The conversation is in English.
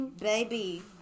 Baby